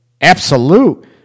absolute